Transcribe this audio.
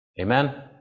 Amen